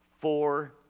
four